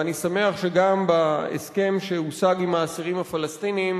ואני שמח שגם בהסכם שהושג עם האסירים הפלסטינים